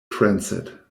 transit